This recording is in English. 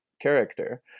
character